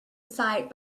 sight